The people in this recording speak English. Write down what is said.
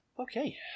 Okay